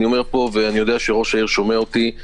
אני יודע שראש העיר שומע אותי.